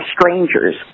strangers